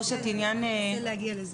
מירה, אני אתן לך את זכות הדיבור לאחר מכן.